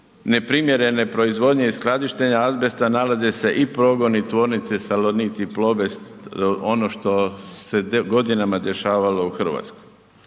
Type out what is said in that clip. neprimjerene proizvodnje i skladištenja azbesta nalaze se i pogoni, tvornice Salonit i Plobest ono što se godinama dešavalo u Hrvatskoj.